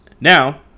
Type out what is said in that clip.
now